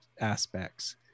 aspects